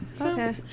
Okay